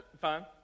Fine